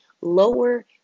lower